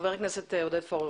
חבר הכנסת עודד פורר,